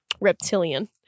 reptilian